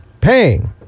paying